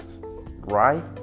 right